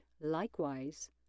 likewise